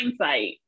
hindsight